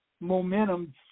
Momentum